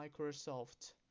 Microsoft